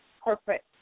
corporate